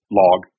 log